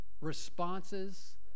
responses